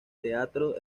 teatro